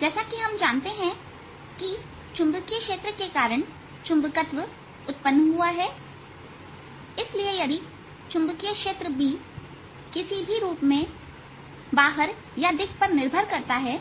जैसा कि हम जानते हैं कि चुंबकीय क्षेत्र के कारण चुंबकत्व उत्पन्न हुआ है इसलिए यदि चुंबकीय क्षेत्र B किसी रूप में बाहर या दिक पर निर्भर करता है